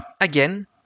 again